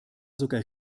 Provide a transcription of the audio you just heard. sogar